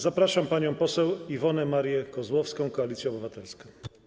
Zapraszam panią poseł Iwonę Marię Kozłowską, Koalicja Obywatelska.